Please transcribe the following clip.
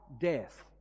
death